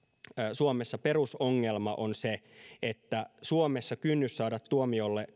suomessa perusongelma on se että suomessa kynnys saada tuomiolle